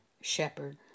shepherd